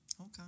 Okay